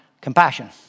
compassion